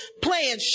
playing